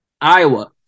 Iowa